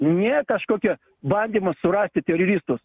ne kažkokią bandymą surasti teroristus